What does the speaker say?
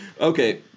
Okay